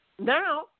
now